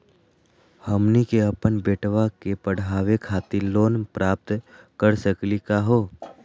हमनी के अपन बेटवा क पढावे खातिर लोन प्राप्त कर सकली का हो?